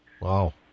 Wow